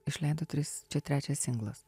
išleido tris čia trečias singlas